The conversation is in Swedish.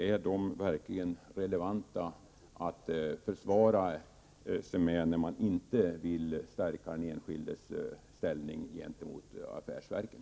Är de verkligen relevanta att försvara sig med, när man inte vill stärka den enskildes ställning gentemot affärsverken?